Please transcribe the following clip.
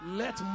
let